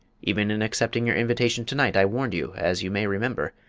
even in accepting your invitation to-night i warned you, as you may remember,